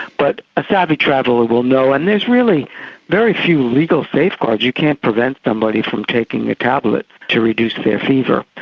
but a savvy traveller will know, and there is really very few legal safeguards. you can't prevent somebody from taking a tablet to reduce their fever.